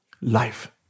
Life